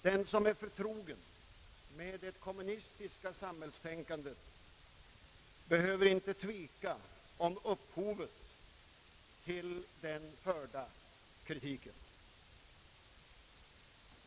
Den som är förtrogen med det kommunistiska samhällstänkandet behöver inte tveka om upphovet till den förda kritiken.